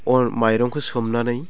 अन माइरंखौ सोमनानै